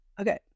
Okay